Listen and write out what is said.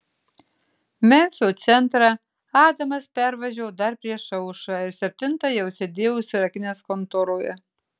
memfio centrą adamas pervažiavo dar prieš aušrą ir septintą jau sėdėjo užsirakinęs kontoroje